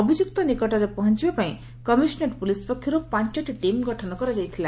ଅଭିଯୁକ୍ତ ନିକଟରେ ପହଞ୍ ବା ପାଇଁ କମିଶନରେଟ ପୁଲିସ୍ ପକ୍ଷରୁ ପାଞ୍ଟି ଟିମ୍ ଗଠନ କରାଯାଇଥିଲା